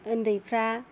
उन्दैफ्रा